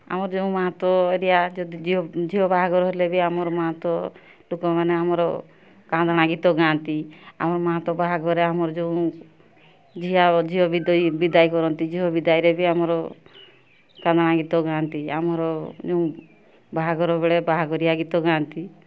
ଆମର ଯେଉଁ ମାହାନ୍ତ ଏରିଆ ଯଦି ଝିଅ ଝିଅ ବାହାଘର ହେଲେ ବି ଆମର ମାହାନ୍ତ ଟୋକାମାନେ ଆମର କାନ୍ଦଣା ଗୀତ ଗାଆନ୍ତି ଆମ ମାହାନ୍ତ ବାହାଘରରେ ଆମର ଯେଉଁ ଝିଅ ବିଦାଇ କରନ୍ତି ଝିଅ ବିଦାଇରେ ବି ଆମର କାନ୍ଦଣା ଗୀତ ଗାଆନ୍ତି ଆମର ଯେଉଁ ବାହାଘର ବେଳେ ବାହାଘରିଆ ଗୀତ ଗାଆନ୍ତି